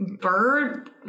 Bird